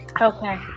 Okay